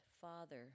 Father